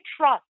trust